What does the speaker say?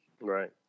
Right